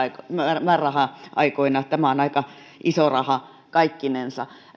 että niukkoina määräraha aikoina tämä on aika iso raha kaikkinensa